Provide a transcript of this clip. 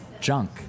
junk